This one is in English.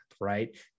right